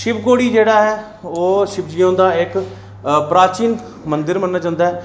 शिवखोड़ी जेह्ड़ा ऐ ओह् शिवजी होंदा इक प्राचीन मंदर मन्नेआ जंदा ऐ